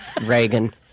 Reagan